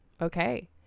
Okay